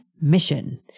mission